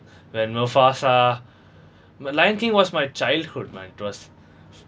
when mufasa my lion king was my childhood my interest